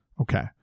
okay